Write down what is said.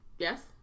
Yes